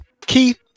keith